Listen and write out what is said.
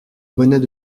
bonnets